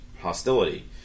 hostility